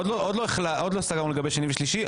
עוד לא סגרנו לגבי שני ושלישי.